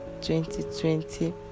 2020